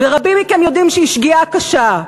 ורבים מכם יודעים שהיא שגיאה קשה,